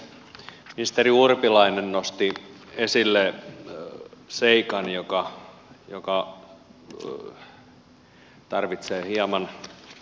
ministeri urpilainen nosti esille seikan joka tarvitsee hieman lisähuomiota